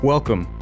Welcome